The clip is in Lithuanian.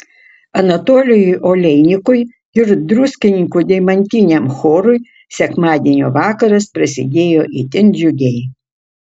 anatolijui oleinikui ir druskininkų deimantiniam chorui sekmadienio vakaras prasidėjo itin džiugiai